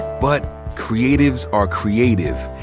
but creatives are creative.